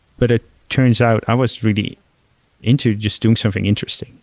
but it turns out, i was really into just doing something interesting.